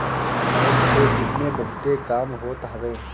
bank के जिम्मे बहुते काम होत हवे